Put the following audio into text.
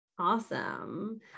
awesome